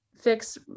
fix